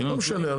לא משנה.